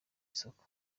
isoko